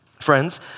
friends